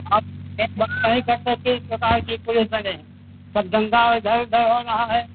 आप नहीं कर सकते किस प्रकार की पोजिशन है सब दंगा इधर उधर हो रहा है